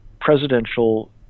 presidential